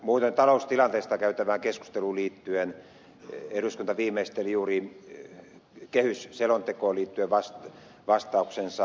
muuhun taloustilanteesta käytävään keskusteluun liittyen eduskunta viimeisteli juuri kehysselontekoon liittyen vastauksensa